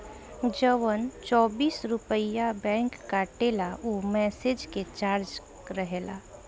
जवन चौबीस रुपइया बैंक काटेला ऊ मैसेज के चार्ज रहेला